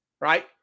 right